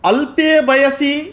अल्पे वयसि